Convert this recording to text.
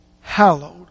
hallowed